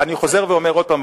אבל אני חוזר ואומר עוד פעם,